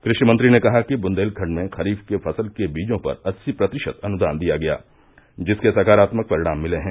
कृषि मंत्री ने कहा कि बन्देलखण्ड में खरीफ के फसल के बीजों पर अस्सी प्रतिशत अनुदान दिया गया जिसके सकारात्मक परिणाम मिले हैं